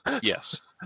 Yes